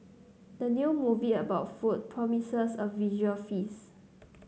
the new movie about food promises a visual feast